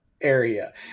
area